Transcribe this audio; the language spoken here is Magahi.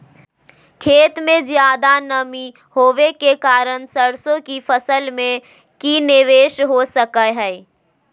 खेत में ज्यादा नमी होबे के कारण सरसों की फसल में की निवेस हो सको हय?